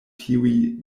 tiuj